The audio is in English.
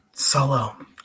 Solo